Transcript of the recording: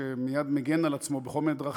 שמייד מגן על עצמו בכל מיני דרכים,